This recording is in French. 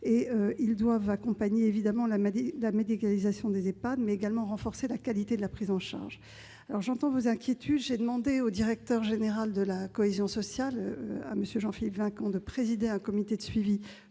crédits doivent accompagner la médicalisation des EHPAD, mais également renforcer la qualité de la prise en charge. Monsieur Milon, j'entends vos inquiétudes. J'ai demandé au directeur général de la cohésion sociale, M. Jean-Philippe Vinquant, de présider un comité de suivi